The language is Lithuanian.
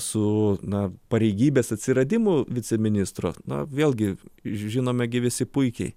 su na pareigybės atsiradimu viceministro na vėlgi žinome gi visi puikiai